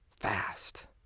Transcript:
fast